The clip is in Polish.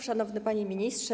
Szanowny Panie Ministrze!